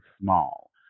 small